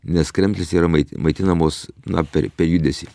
nes kremzlės yra maitinamos na per per judesį